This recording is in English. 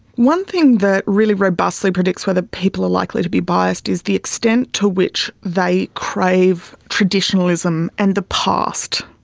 one thing that really robustly predicts whether people are likely to be biased is the extent to which they crave traditionalism and the past.